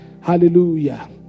hallelujah